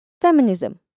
feminism